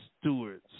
stewards